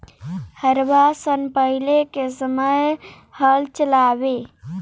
हरवाह सन पहिले के समय हल चलावें